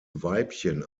weibchen